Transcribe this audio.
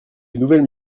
nouvelles